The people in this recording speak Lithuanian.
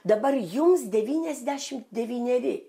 dabar jums devyniasdešimt devyneri